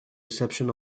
reception